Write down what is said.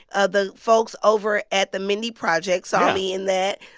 ah the folks over at the mindy project saw me in that.